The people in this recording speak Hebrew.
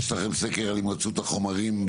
יש לכם סקר על הימצאות החומרים?